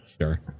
Sure